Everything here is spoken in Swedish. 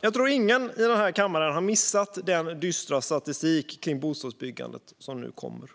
Jag tror att ingen i denna kammare har missat den dystra statistik kring bostadsbyggandet som nu kommer,